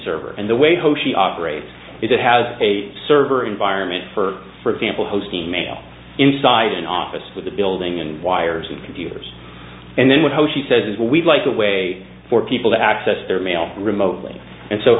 server and the way hoshi operates it has a server environment for for example hosting mail inside an office with the building and wires and computers and then with hoshi says we'd like a way for people to access their mail remotely and so